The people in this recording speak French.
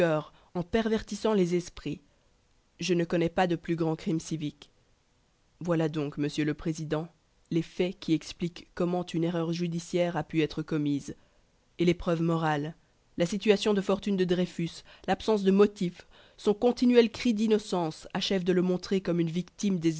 en pervertissant les esprits je ne connais pas de plus grand crime civique voilà donc monsieur le président les faits qui expliquent comment une erreur judiciaire a pu être commise et les preuves morales la situation de fortune de dreyfus l'absence de motifs son continuel cri d'innocence achèvent de le montrer comme une victime